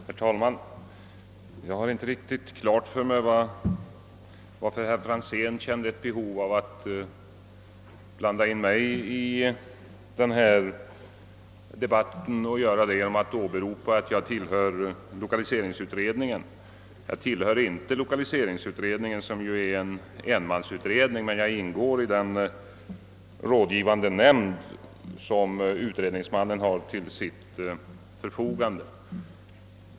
Herr talman! Jag har inte riktigt klart för mig varför herr Franzén känner ett behov att blanda in mig i denna debatt och göra det genom att åberopa att jag tillhör lokaliseringsutredningen. Jag tillhör inte lokaliseringsutredningen som är en enmansutredning, men jag ingår i den rådgivande nämnd som utredningsmannen har till sitt förfogande.